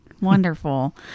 Wonderful